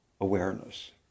awareness